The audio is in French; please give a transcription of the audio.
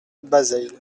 bazeilles